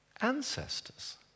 ancestors